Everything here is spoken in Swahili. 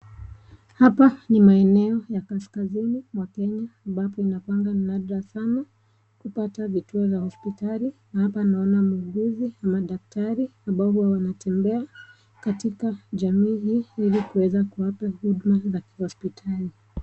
Hapa ni maeneo ya kaskazini mwa Kenya ambapo inakuanga ni nadra sana kupata vituo vya hospitali na hapa naona muuguzi ama daktari ambao wanatembea katika jamii hii ili kuweza kuwapa huduma za kihospitali.